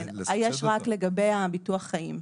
כן, יש רק לגבי ביטוח חיים,